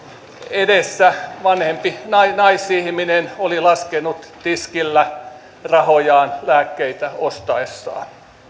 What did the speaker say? edessä vanhempi naisihminen oli laskenut tiskillä rahojaan lääkkeitä ostaessaan